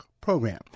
program